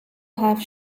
have